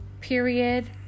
period